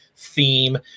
theme